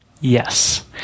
Yes